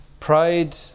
Pride